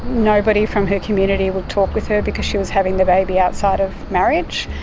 nobody from her community would talk with her because she was having the baby outside of marriage,